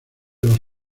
los